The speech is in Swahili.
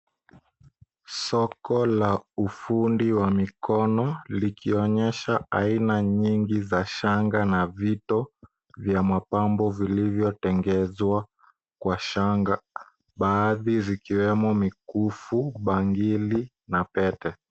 Soko la ufundi wa mikono likionyesha aina nyingi za shanga na vito vya mapambo vilivyotengezwa kwa shanga baadhi zikiwemo mikufu, bangili na pete.